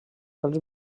pels